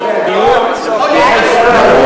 לפי התקנון,